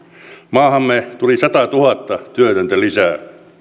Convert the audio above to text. maahamme tuli satatuhatta työtöntä lisää